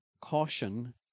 caution